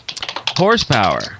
horsepower